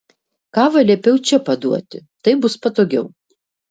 kavą liepiau čia paduoti taip bus patogiau